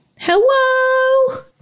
Hello